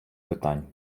питань